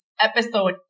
Episode